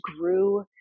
grew